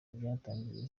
ryatangiriye